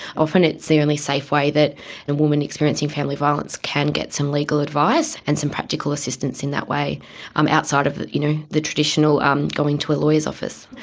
often it's the only safe way that a and woman experiencing family violence can get some legal advice and some practical assistance in that way um outside of you know the traditional um going to a lawyer's office.